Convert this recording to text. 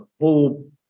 whole